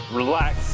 relax